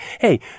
hey